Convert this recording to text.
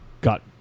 got